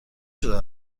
شده